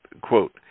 Quote